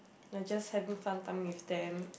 like just having fun time with them